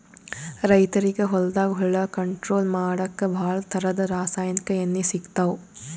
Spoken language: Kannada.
ರೈತರಿಗ್ ಹೊಲ್ದಾಗ ಹುಳ ಕಂಟ್ರೋಲ್ ಮಾಡಕ್ಕ್ ಭಾಳ್ ಥರದ್ ರಾಸಾಯನಿಕ್ ಎಣ್ಣಿ ಸಿಗ್ತಾವ್